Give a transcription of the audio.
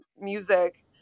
music